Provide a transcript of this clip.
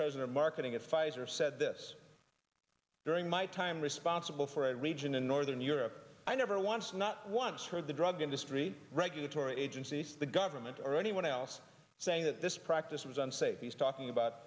president marketing at pfizer said this during my time responsible for a region in northern europe i never once not once heard the drug industry regulatory agencies the government or anyone else saying that this practice was unsafe he's talking about